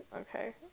Okay